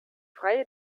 freie